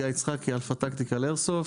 גיא יצחקי אלפא טקטיק על איירסופט,